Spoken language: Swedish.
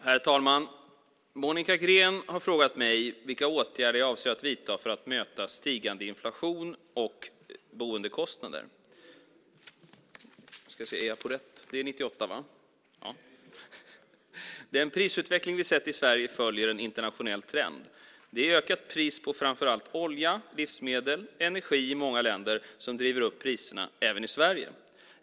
Herr talman! Monica Green har frågat mig vilka åtgärder jag avser att vidta för att möta stigande inflation och boendekostnader. Den prisutveckling vi har sett i Sverige följer en internationell trend. Det är ökat pris på framför allt olja, livsmedel och energi i många länder som driver upp priserna även i Sverige.